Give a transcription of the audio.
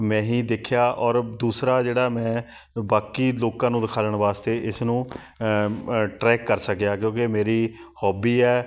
ਮੈਂ ਹੀ ਦੇਖਿਆ ਔਰ ਦੂਸਰਾ ਜਿਹੜਾ ਮੈਂ ਬਾਕੀ ਲੋਕਾਂ ਨੂੰ ਦਿਖਾਉਣ ਵਾਸਤੇ ਇਸਨੂੰ ਟਰੈਕ ਕਰ ਸਕਿਆ ਕਿਉਂਕਿ ਇਹ ਮੇਰੀ ਹੋਬੀ ਹੈ